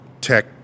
tech